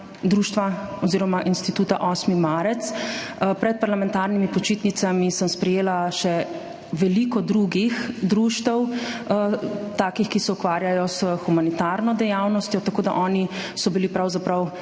društva oziroma Inštituta 8. marec. Pred parlamentarnimi počitnicami sem sprejela še veliko drugih društev, takih, ki se ukvarjajo s humanitarno dejavnostjo, tako da so bili oni pravzaprav eni